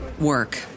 work